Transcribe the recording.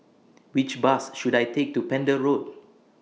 Which Bus should I Take to Pender Road